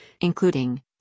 including